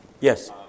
Yes